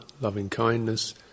loving-kindness